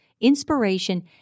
inspiration